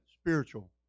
spiritual